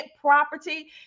property